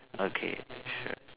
okay sure